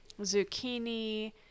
zucchini